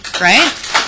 Right